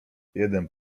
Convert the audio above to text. jeden